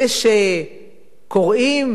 אלה שקוראים